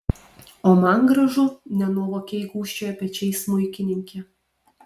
o man gražu nenuovokiai gūžčiojo pečiais smuikininkė